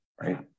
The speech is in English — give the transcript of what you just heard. right